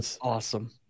Awesome